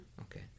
okay